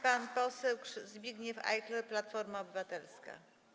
Pan poseł Zbigniew Ajchler, Platforma Obywatelska.